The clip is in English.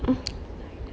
mm